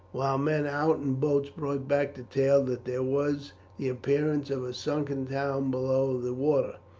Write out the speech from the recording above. while men out in boats brought back the tale that there was the appearance of a sunken town below the water.